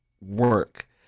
work